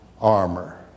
armor